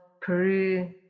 Peru